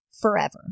forever